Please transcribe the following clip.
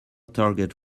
target